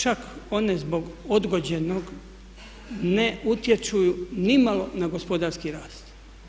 Čak one zbog odgođenog ne utječu nimalo na gospodarski rast.